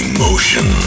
Emotion